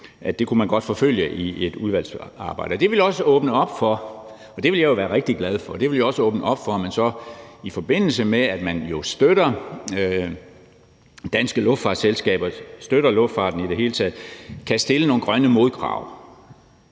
at det kunne man godt forfølge i et udvalgsarbejde. Det ville også åbne op for – og det ville jeg være rigtig glad for – at man så, i forbindelse med at man så støtter danske luftfartsselskaber og støtter luftfarten i det hele taget, kan stille nogle grønne modkrav.